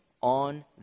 on